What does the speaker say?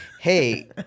Hey